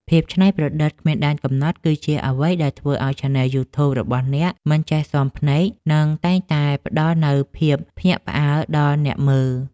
ភាពច្នៃប្រឌិតគ្មានដែនកំណត់ គឺជាអ្វីដែលធ្វើឱ្យឆានែលយូធូប របស់អ្នកមិនចេះស៊ាំភ្នែក និងតែងតែផ្តល់នូវភាពភ្ញាក់ផ្អើលដល់អ្នកមើល។